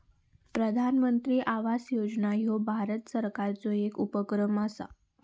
प्रधानमंत्री आवास योजना ह्यो भारत सरकारचो येक उपक्रम असा